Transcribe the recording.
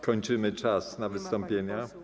Kończymy czas na wystąpienia.